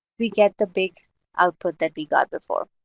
we get the big output that we got before.